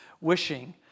wishing